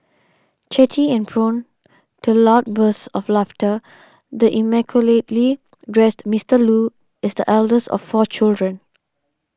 chatty and prone to loud bursts of laughter the immaculately dressed Mister Loo is the eldest of four children